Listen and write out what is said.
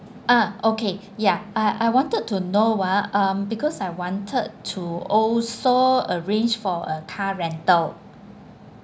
ah okay ya I I wanted to know ah um because I wanted to also arrange for a car rental